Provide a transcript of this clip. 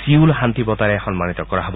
Seoul শান্তি বঁটাৰে সন্মানীত কৰা হ'ব